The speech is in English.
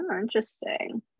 Interesting